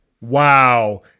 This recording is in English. Wow